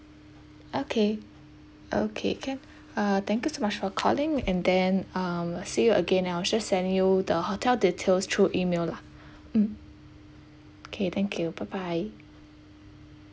okay okay can uh thank you so much for calling and then um see you again I'll sure send you the hotel details through email lah mm okay thank you bye bye